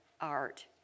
art